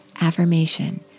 affirmation